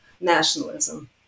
nationalism